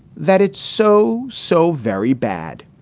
that it's so. so very bad.